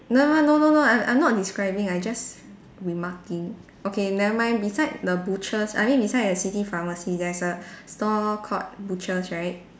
no no no no no I'm I'm not describing I just remarking okay never mind beside the butchers I mean beside the city pharmacy there's a stall called butchers right